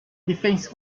defense